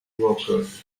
workers